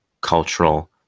cultural